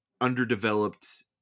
underdeveloped